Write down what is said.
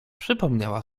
przypomniała